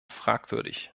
fragwürdig